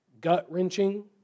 gut-wrenching